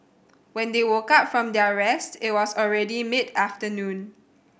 when they woke up from their rest it was already mid afternoon